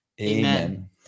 Amen